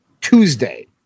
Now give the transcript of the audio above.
Tuesday